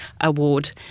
award